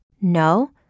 No